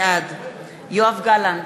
בעד יואב גלנט,